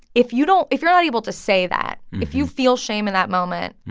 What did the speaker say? if you don't if you're not able to say that, if you feel shame in that moment,